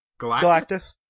Galactus